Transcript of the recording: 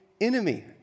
enemy